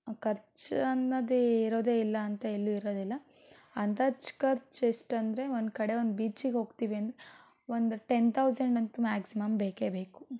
ಖರ್ಚು ಅನ್ನೋದೇ ಇರೋದೇ ಇಲ್ಲ ಅಂತ ಎಲ್ಲೂ ಇರೋದಿಲ್ಲ ಅಂದಾಜು ಖರ್ಚು ಎಷ್ಟಂದರೆ ಒಂದು ಕಡೆ ಒಂದು ಬೀಚಿಗೆ ಹೋಗ್ತೀವಿ ಅಂದರೆ ಒಂದು ಟೆನ್ ಥೌಸಂಡ್ ಅಂತೂ ಮ್ಯಾಕ್ಸಿಮಮ್ ಬೇಕೇ ಬೇಕು